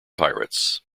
pirates